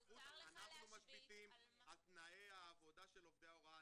אנחנו משביתים על תנאי העבודה של עובדי ההוראה,